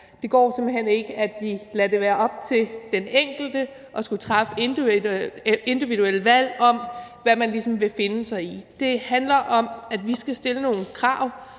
hen ikke, at vi lader det være op til den enkelte at skulle træffe individuelle valg om, hvad man ligesom vil finde sig i. Det handler om, at vi skal stille nogle krav